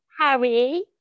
Harry